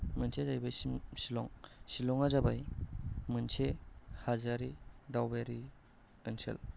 मोनसेया जाहैबाय शिलं शिलङा जाबाय मोनसे हाजोआरि दावबायारि ओनसोल